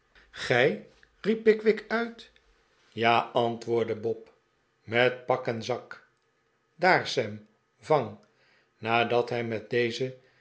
gij riep pickwick uit ja antwoordde bob met pak en zak daar sam vangl nadat hij met deze